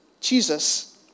Jesus